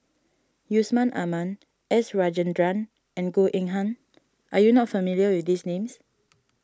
Yusman Aman S Rajendran and Goh Eng Han are you not familiar with these names